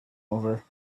over